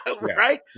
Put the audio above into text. Right